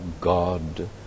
God